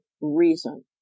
reason